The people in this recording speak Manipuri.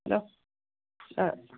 ꯍꯜꯂꯣ